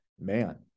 man